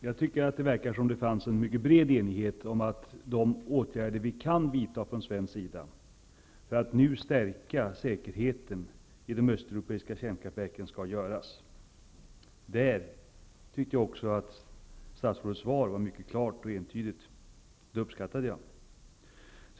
Herr talman! Det verkar som om det finns en bred enighet om de åtgärder som vi kan vidta från svensk sida för att stärka säkerheten i de östeuropeiska kärnkraftsverken och om att dessa åtgärder skall vidtas. Jag tyckte att statsrådets svar var mycket klart och entydigt på den punkten, vilket jag uppskattar.